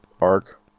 arc